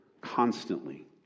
constantly